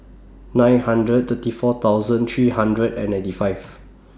nine hundred thirty four thousand three hundred and ninety five